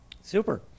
Super